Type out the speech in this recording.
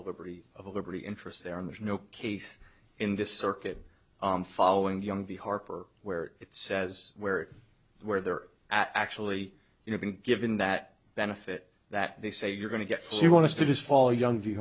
liberty of liberty interest there and there's no case in this circuit on following young the harper where it says where it's where they're actually you know been given that benefit that they say you're going to get so you want to just follow young v